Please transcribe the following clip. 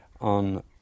on